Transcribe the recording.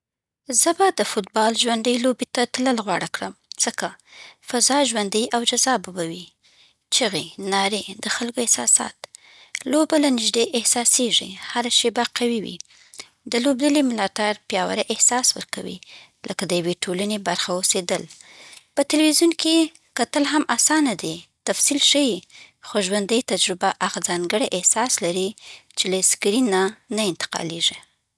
زه به د فوتبال ژوندۍ لوبې ته تلل غوره کړم، ځکه: فضا ژوندۍ او جذابه وي؛ چیغې، نعرې، د خلکو احساسات. لوبه له نیږدې احساسېږي، هره شېبه قوي وي. د لوبډلې ملاتړ پیاوړی احساس ورکوي، لکه د یوې ټولنې برخه اوسېدل. په تلویزیون کې کتل هم اسانه دي، تفصیل ښيي، خو ژوندۍ تجربه هغه ځانګړی احساس لري چې له سکرین نه نه انتقالېږي.